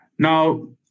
Now